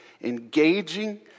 engaging